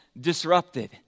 disrupted